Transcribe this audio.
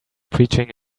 preaching